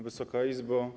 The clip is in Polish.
Wysoka Izbo!